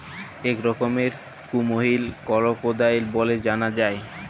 ইক রকমের কুমহির করকোডাইল ব্যলে জালা যায়